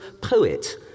poet